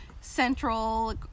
central